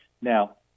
Now